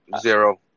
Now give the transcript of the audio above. Zero